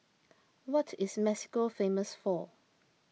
what is Mexico famous for